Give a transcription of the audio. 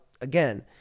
again